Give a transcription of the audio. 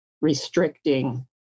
restricting